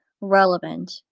relevant